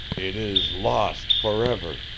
it is lost forever,